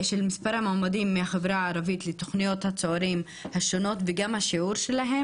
מספר המועמדים מהחברה הערבית לתכניות הצוערים השונות וכן שיעורם,